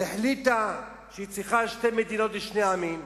החליטה שהיא צריכה שתי מדינות לשני העמים.